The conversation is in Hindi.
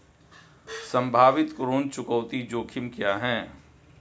संभावित ऋण चुकौती जोखिम क्या हैं?